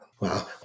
Wow